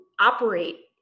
operate